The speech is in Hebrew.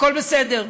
הכול בסדר.